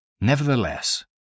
nevertheless